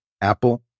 Apple